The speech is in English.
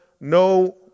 no